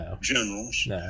generals